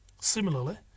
Similarly